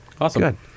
Awesome